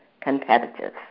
competitive